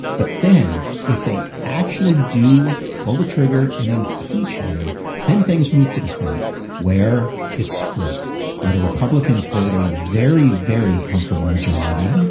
but then if they actually do pull the trigger and impeach him then things move to the senate where it's flipped where the republicans hold a very very comfortable majority.